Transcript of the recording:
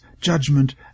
judgment